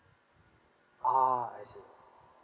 ah I see